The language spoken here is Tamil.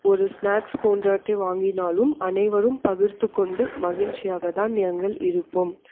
ஒரு சினாக்ஸ் போன்றவற்றை வாங்கினாலும் அனைவரும் பகிர்ந்துக்கொண்டு மகிழ்ச்சியாகதான் நாங்கள் இருப்போம்